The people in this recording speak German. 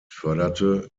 förderte